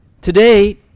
Today